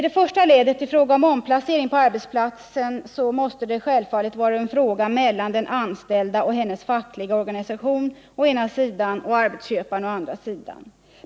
Det första ledet, som gäller omplacering på arbetsplatsen, måste självfallet vara en fråga mellan den anställda och hennes fackliga organisation å ena sidan och arbetsköparen å andra sidan.